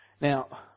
Now